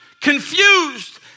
confused